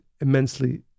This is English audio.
immensely